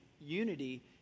unity